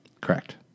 Correct